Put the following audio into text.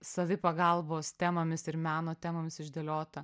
savipagalbos temomis ir meno temomis išdėliota